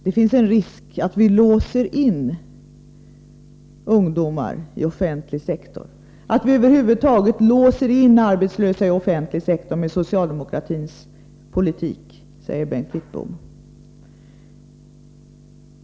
Det finns en risk att vi låser in ungdomar i en offentlig sektor, att vi över huvud taget låser in arbetslösa i en offentlig sektor med socialdemokratins politik, säger Bengt Wittbom.